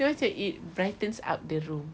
then macam it brightens up the room